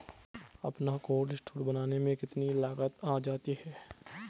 अपना cold store बनाने में कितनी लागत आ जाती है?